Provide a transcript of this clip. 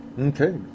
Okay